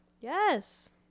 Yes